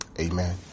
Amen